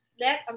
let